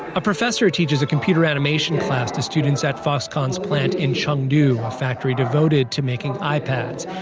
a professor teaches a computer animation class to students at foxconn's plant in chengdu, a factory devoted to making ipads.